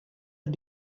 der